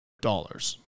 dollars